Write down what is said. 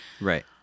Right